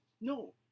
no